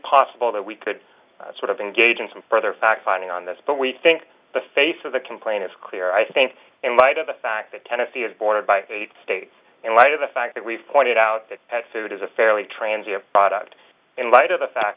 possible that we could sort of engage in some further fact finding on this but we think the face of the complaint is clear i think in light of the fact that tennessee is bordered by eight states in light of the fact that we've pointed out that had food is a fairly transitive product in light of the fact